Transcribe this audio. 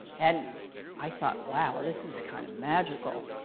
and i thought, wow, this is kind of magical.